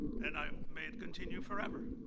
and um may it continue forever.